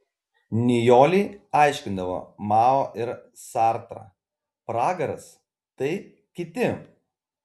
nijolei aiškindavo mao ir sartrą pragaras tai kiti